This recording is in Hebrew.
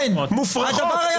מופרכות